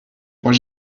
croit